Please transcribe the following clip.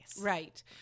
Right